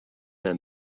and